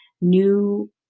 new